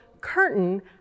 curtain